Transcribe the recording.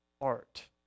art